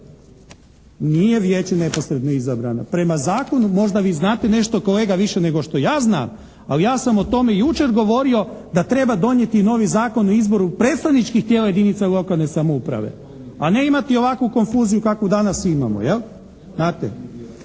Nije vijeće neposredno izabrano. Prema zakonu, možda vi znate nešto kolega više nego što ja znam, ali ja sam o tome i jučer govorio da treba donijeti novi Zakon o izboru predstavničkih tijela jedinica lokalne samouprave a ne imati ovakvu konfuziju kakvu danas imamo, jel'